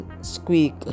squeak